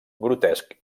grotesc